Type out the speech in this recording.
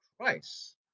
Christ